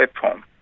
platform